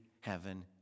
heaven